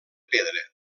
pedra